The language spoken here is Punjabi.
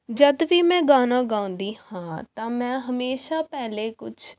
ਜਦੋਂ ਵੀ ਮੈਂ ਗਾਣਾ ਗਾਉਂਦੀ ਹਾਂ ਤਾਂ ਮੈਂ ਹਮੇਸ਼ਾ ਪਹਿਲਾਂ ਕੁਛ